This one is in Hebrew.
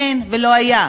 אין, לא היה.